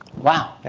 wow.